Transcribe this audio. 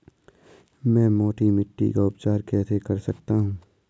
मैं मोटी मिट्टी का उपचार कैसे कर सकता हूँ?